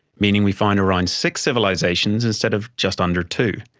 meaning we found around six civilisations instead of just under two.